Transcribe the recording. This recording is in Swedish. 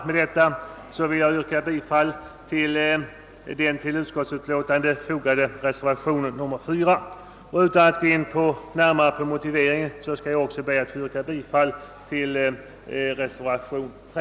Med det anförda ber jag att få yrka bifall till den vid utskottets betänkande fogade reservationen 4. Utan att närmare gå in på någon motivering ber jag också att få yrka bifall till reservationen 3.